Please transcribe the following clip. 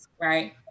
right